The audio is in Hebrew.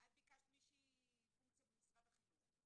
שנותנת מענה לכל הצרכים,